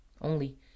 Only